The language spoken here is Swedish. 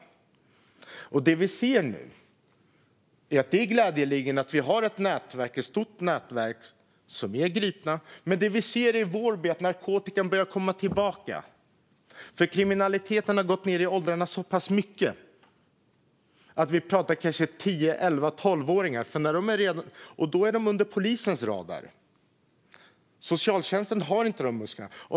Det vi glädjande nog kan se nu är att medlemmar av ett stort nätverk har gripits, men i Vårby har narkotikan börjat komma tillbaka. Kriminaliteten har gått ned i åldrarna så pass mycket att vi pratar om 10-, 11 och 12åringar. Då är de under polisens radar eftersom socialtjänsten inte har de musklerna.